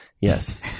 yes